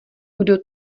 kdo